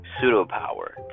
Pseudo-power